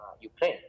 Ukraine